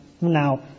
now